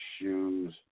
shoes